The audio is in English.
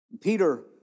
Peter